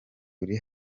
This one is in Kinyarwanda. uri